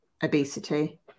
obesity